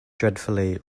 dreadfully